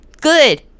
Good